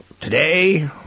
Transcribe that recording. today